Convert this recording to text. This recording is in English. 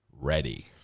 ready